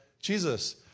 Jesus